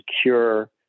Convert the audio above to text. secure